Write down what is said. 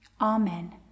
Amen